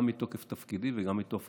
גם מתוקף תפקידי וגם מתוקף